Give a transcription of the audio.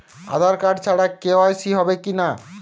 আধার card ছাড়া KYC হবে কিনা?